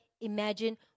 imagine